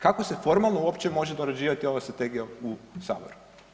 Kako se formalno uopće može dorađivati ova strategija u saboru?